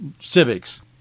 civics